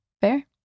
fair